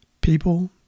People